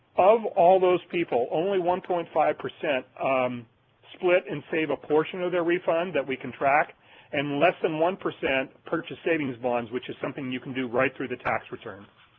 of all those people only one point five um split and save a portion of their refund that we can track and less than one percent purchase savings bonds, which is something you can do right through the tax return.